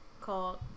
called